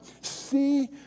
See